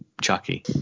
Chucky